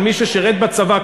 של מי ששירת בצבא,